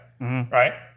Right